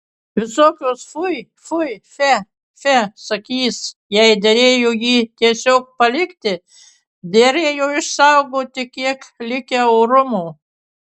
visokios fui fui fe fe sakys jai derėjo jį tiesiog palikti derėjo išsaugoti kiek likę orumo